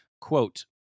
Quote